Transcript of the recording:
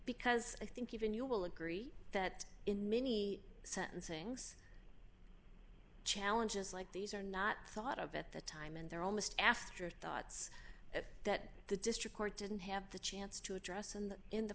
because i think even you will agree that in many sentencings challenges like these are not thought of at the time and there are almost afterthoughts that the district court didn't have the chance to address and in the